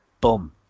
boom